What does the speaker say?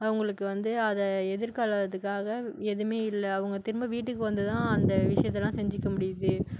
அவங்களுக்கு வந்து அதை எதிர்கொள்ளாததுக்காக எதுவும் இல்லை அவங்க திரும்ப வீட்டுக்கு வந்து தான் அந்த விஷயத்தலாம் செஞ்சுக்க முடியுது